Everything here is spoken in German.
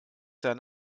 sein